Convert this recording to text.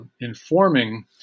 informing